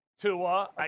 Tua